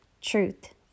truth